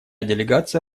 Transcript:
делегация